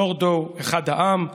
נורדאו, אחד העם,